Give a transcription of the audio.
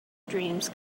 dreams